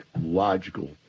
logical